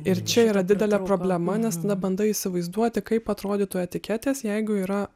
ir čia yra didelė problema nes tada bandai įsivaizduoti kaip atrodytų etiketės jeigu yra